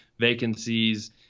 vacancies